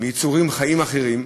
מיצורים חיים אחרים,